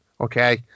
okay